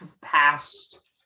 past